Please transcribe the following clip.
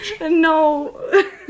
No